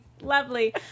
lovely